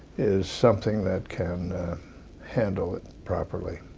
is something that can handle it properly.